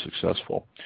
successful